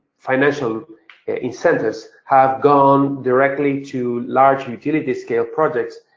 financial incentives have gone directly to large utility scale projects.